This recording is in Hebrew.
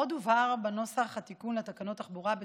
עוד הובהר בנוסח התיקון לתקנות תחבורה כי